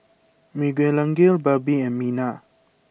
Miguelangel Barbie and Minna